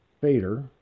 fader